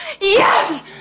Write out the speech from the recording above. Yes